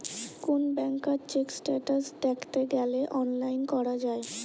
কোন ব্যাংকার check status দ্যাখতে গ্যালে অনলাইন করা যায়